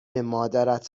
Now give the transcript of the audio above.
مادرت